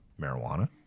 Marijuana